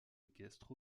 équestre